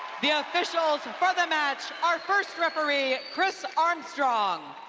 the ah officials and for the match are first referee chris armstrong.